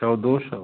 सौ दो सौ